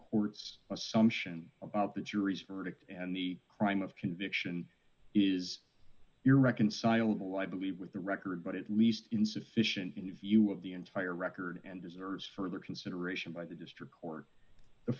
court's assumption about the jury's verdict and the crime of conviction is irreconcilable i believe with the record but at least insufficient in view of the entire record and deserves further consideration by the district court the